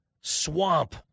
swamp